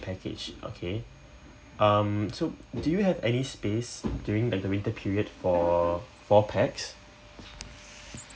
package okay um so do you have any space during like the winter period for four pax